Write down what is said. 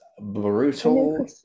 Brutal